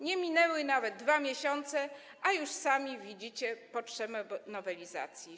Nie minęły nawet 2 miesiące, a już sami widzicie potrzebę nowelizacji.